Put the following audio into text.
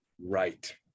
Right